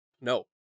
No